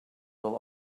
will